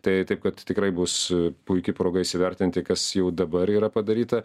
tai taip kad tikrai bus e puiki proga įsivertinti kas jau dabar yra padaryta